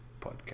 Podcast